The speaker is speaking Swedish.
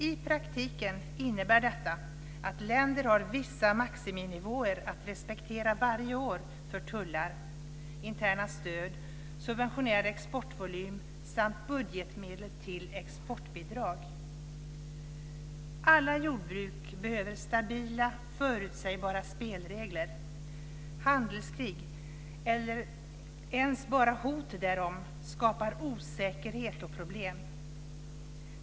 I praktiken innebär detta att länderna har vissa maximinivåer att respektera varje år för tullar, interna stöd, subventionerad exportvolym samt budgetmedel till exportbidrag. Alla jordbruk behöver stabila, förutsägbara spelregler. Handelskrig eller ens bara hot därom skapar osäkerhet och problem.